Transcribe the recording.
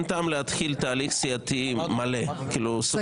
אין טעם להתחיל תהליך סיעתי מלא סופי.